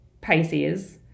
Pisces